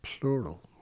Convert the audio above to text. plural